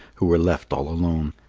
who were left all alone.